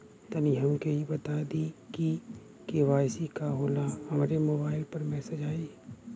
तनि हमके इ बता दीं की के.वाइ.सी का होला हमरे मोबाइल पर मैसेज आई?